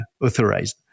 authorized